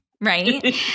Right